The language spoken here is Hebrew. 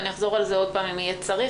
ואני אחזור על זה עוד פעם אם יהיה צריך,